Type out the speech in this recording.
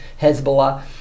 Hezbollah